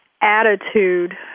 attitude